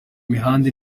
imihanda